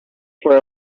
for